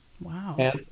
Wow